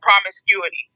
promiscuity